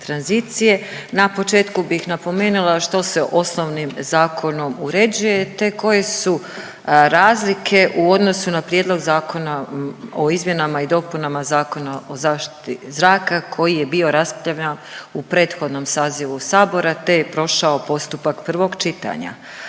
Na početku bih napomenula, što se osnovnim zakonom uređuje te koje su razlike u odnosu na prijedlog zakona o izmjenama i dopunama Zakona o zaštiti zraka koji je bio raspravljan u prethodnom sazivu Sabora te je prošao postupak prvog čitanja.